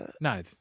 No